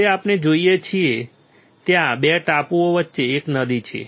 હવે આપણે જોઈએ છીએ ત્યાં 2 ટાપુઓ વચ્ચે એક નદી છે